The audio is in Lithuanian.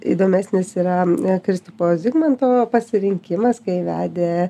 įdomesnis yra kristupo zigmanto pasirinkimas kai vedė